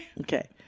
Okay